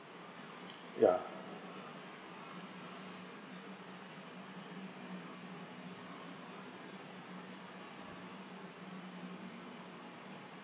yeah